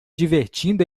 divertindo